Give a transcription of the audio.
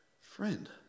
Friend